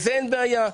אין בעיה,